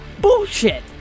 bullshit